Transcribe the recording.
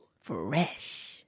Fresh